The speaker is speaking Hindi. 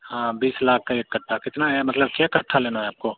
हाँ बीस लाख का एक कट्ठा कितना आया मतलब के कट्ठा लेना है आपको